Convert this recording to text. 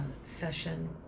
session